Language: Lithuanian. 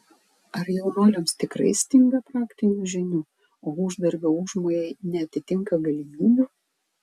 ar jaunuoliams tikrai stinga praktinių žinių o uždarbio užmojai neatitinka galimybių